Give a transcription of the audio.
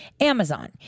Amazon